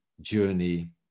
journey